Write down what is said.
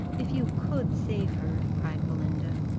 if you could save her! cried belinda.